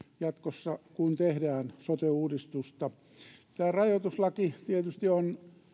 jatkossa kun tehdään sote uudistusta tämä rajoituslaki tietysti on